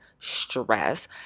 stress